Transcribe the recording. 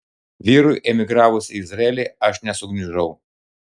vyrui emigravus į izraelį aš nesugniužau